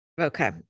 okay